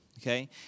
okay